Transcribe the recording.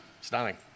Stunning